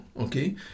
okay